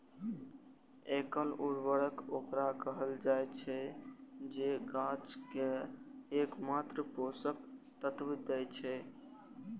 एकल उर्वरक ओकरा कहल जाइ छै, जे गाछ कें एकमात्र पोषक तत्व दै छै